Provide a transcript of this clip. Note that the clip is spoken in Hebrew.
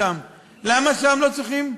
למה שם לא צריכים?